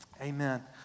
amen